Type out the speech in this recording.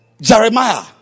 Jeremiah